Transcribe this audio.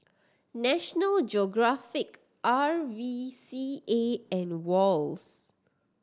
National Geographic R V C A and Wall's